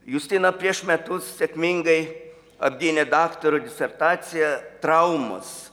justina prieš metus sėkmingai apgynė daktaro disertaciją traumas